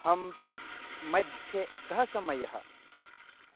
हम्पि मध्ये कः समयः